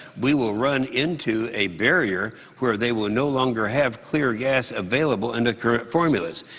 we will run into a barrier where they will no longer have clear gas available in the current formulas.